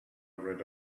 read